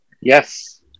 Yes